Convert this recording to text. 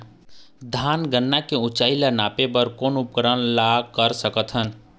धान गन्ना के ऊंचाई ला नापे बर कोन उपकरण ला कर सकथन?